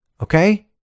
Okay